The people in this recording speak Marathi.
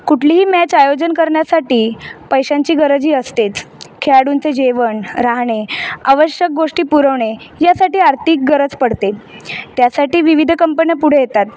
कुठलीही मॅच आयोजन करण्यासाठी पैशांची गरज ही असतेच खेळाडूंचे जेवण राहणे आवश्यक गोष्टी पुरवणे यासाठी आर्थिक गरज पडते त्यासाठी विविध कंपन्या पुढे येतात